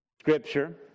Scripture